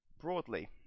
Broadly